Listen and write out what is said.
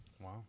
wow